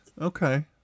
okay